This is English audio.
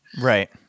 Right